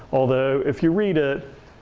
although if you read it,